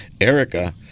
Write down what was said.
Erica